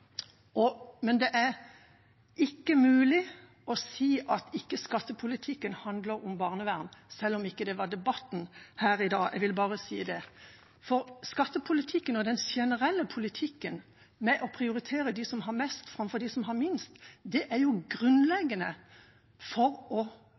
Men det er ikke mulig å si at skattepolitikken ikke handler om barnevern, selv om det ikke er debatten her i dag. Jeg ville bare si det. For skattepolitikken og den generelle politikken med å prioritere dem som har mest, framfor dem som har minst, er grunnleggende for at forskjellene øker. Det er jo